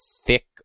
thick